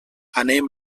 anem